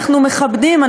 אנחנו מכבדים,